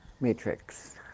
matrix